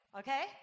okay